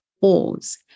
Pause